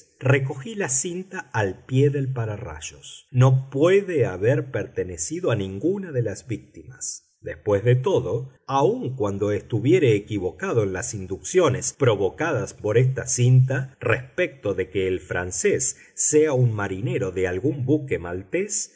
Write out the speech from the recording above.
recogí la cinta al pie del pararrayos no puede haber pertenecido a ninguna de las víctimas después de todo aun cuando estuviere equivocado en las inducciones provocadas por esta cinta respecto de que el francés sea un marinero de algún buque maltés